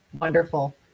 wonderful